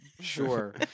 sure